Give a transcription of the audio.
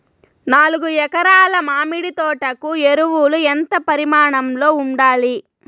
నాలుగు ఎకరా ల మామిడి తోట కు ఎరువులు ఎంత పరిమాణం లో ఉండాలి?